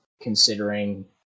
considering